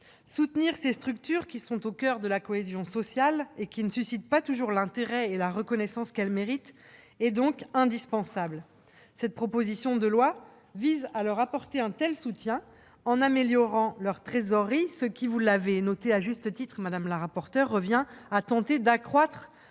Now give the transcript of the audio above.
Soutenir ces structures, qui sont au coeur de la cohésion sociale et qui ne suscitent pas toujours l'intérêt et la reconnaissance qu'elles méritent, est donc indispensable. Cette proposition de loi vise à leur apporter un tel soutien en améliorant leur trésorerie, ce qui- vous l'avez noté à juste titre, madame la rapporteur -revient à tenter d'accroître